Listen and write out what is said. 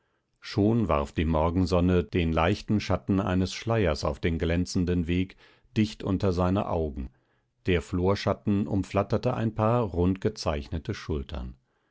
schon warf die morgensonne den leichten schatten eines schleiers auf den glänzenden weg dicht unter seine augen der florschatten umflatterte ein paar rundgezeichnete schultern